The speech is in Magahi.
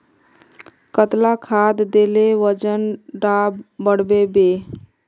कतला खाद देले वजन डा बढ़बे बे?